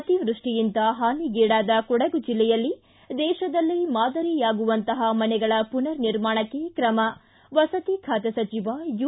ಅತಿವೃಷ್ಷಿಯಿಂದ ಹಾನಿಗಿಡಾದ ಕೊಡಗು ಜಿಲ್ಲೆಯಲ್ಲಿ ದೇಶದಲ್ಲೇ ಮಾದರಿಯಾಗುವಂತ ಮನೆಗಳ ಮನರ್ನಿರ್ಮಾಣಕ್ಕೆ ಕ್ರಮ ವಸತಿ ಖಾತೆ ಸಚಿವ ಯು